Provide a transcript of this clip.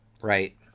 right